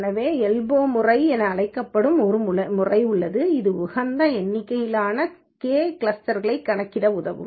எனவே எல்போ முறை என அழைக்கப்படும் ஒரு முறை உள்ளது இது உகந்த எண்ணிக்கையிலான k கிளஸ்டர்களைக் கணக்கிட உதவும்